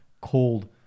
called